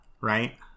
right